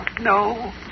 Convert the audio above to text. No